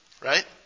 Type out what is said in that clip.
right